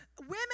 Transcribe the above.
women